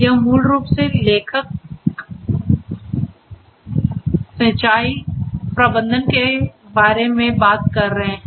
यहां मूल रूप से लेखक सिंचाई प्रबंधन के बारे में बात कर रहे हैं